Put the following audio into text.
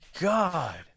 God